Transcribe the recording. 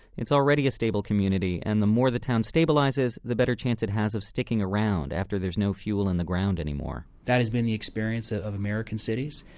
it's already a stable community, and the more the town stabilizes, the better chance it has of sticking around after there's no fuel in the ground anymore that has been the experience ah of american cities.